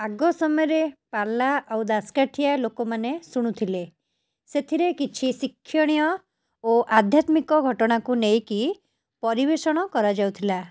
ଆଗ ସମୟରେ ପାଲା ଆଉ ଦାଶକାଠିଆ ଲୋକମାନେ ଶୁଣୁଥିଲେ ସେଥିରେ କିଛି ଶିକ୍ଷଣୀୟ ଓ ଆଧ୍ୟାତ୍ମିକ ଘଟଣାକୁ ନେଇକି ପରିବେଷଣ କରାଯାଉଥିଲା